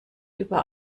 über